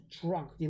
drunk